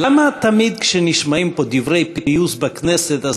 למה כאשר נשמעים פה דברי פיוס בכנסת,